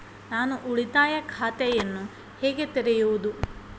ನಾನು ಉಳಿತಾಯ ಖಾತೆಯನ್ನು ಹೇಗೆ ತೆರೆಯುವುದು?